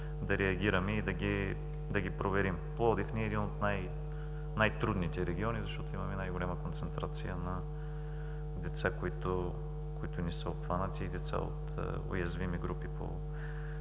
да реагираме и да ги проверим. Пловдив ни е един от най-трудните региони, защото имаме най-голяма концентрация на деца, които не са обхванати, и деца от уязвими групи по